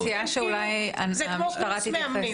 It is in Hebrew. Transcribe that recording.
זה כמו קורס מאמנים.